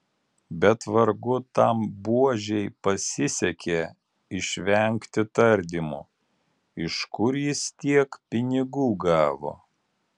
bet vargu tam buožei pasisekė išvengti tardymų iš kur jis tiek pinigų gavo